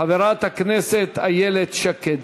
חברת הכנסת איילת שקד.